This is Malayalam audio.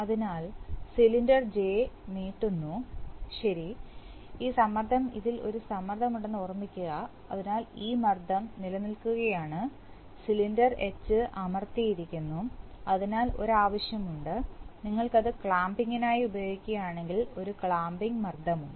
അതിനാൽ സിലിണ്ടർ ജെ നീട്ടുന്നു ശരി ഈ സമ്മർദ്ദം ഇതിൽ ഒരു സമ്മർദ്ദമുണ്ടെന്ന് ഓർമ്മിക്കുക അതിനാൽ ഈ മർദ്ദം നിലനിൽക്കുകയാണ് സിലിണ്ടർ എച്ച് അമർത്തിയിരിക്കുന്നു അതിനാൽ ഒരു ആവശ്യമുണ്ട് നിങ്ങൾ അത് ക്ലാമ്പിംഗിനായി ഉപയോഗിക്കുകയാണെങ്കിൽ ഒരു ക്ലാമ്പിംഗ് മർദ്ദമുണ്ട്